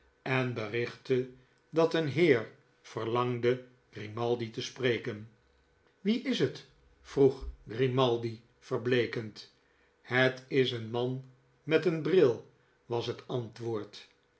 en berichtte dat een heer verlangde grimaldi te spreken wie is het vroeg grimaldi verbleekend het is een man met een bril was het antwoord